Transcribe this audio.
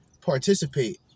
participate